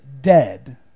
dead